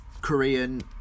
Korean